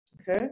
okay